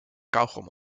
kauwgom